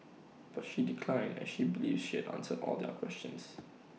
but she declined as she believes she answered all their questions